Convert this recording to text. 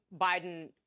Biden